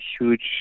huge